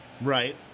Right